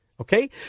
okay